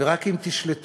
ורק אם תשלטו